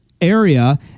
area